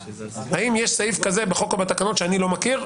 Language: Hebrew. האם יש סעיף כזה בחוק או בתקנות שאני לא מכיר?